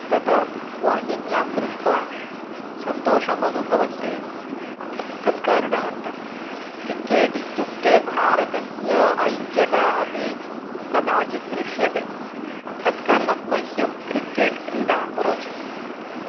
तद् वाहिन्यां दृष्ट्वा सन्तोषम् अनुभवन्ति तत्कारणात् क्रिकेट् इत्युक्ते भारतस्य ऐक्यता अपि कदाचित् दृश्यते तत्कारणात् मह्यं क्रिकेट् क्रीडा रोचते